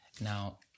now